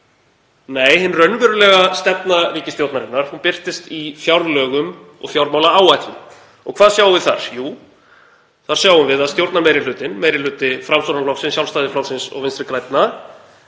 Nei. Hin raunverulega stefna ríkisstjórnarinnar birtist í fjárlögum og fjármálaáætlun. Og hvað sjáum við þar? Jú, þar sjáum við að stjórnarmeirihlutinn, meiri hluti Framsóknarflokksins, Sjálfstæðisflokksins og Vinstri grænna,